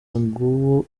nguwo